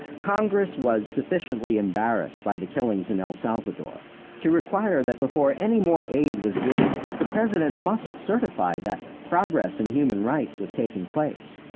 congress was sufficiently embarrassed by the killings in el salvador to require that before any more aid was given the president must certify that progress in human rights was taking place.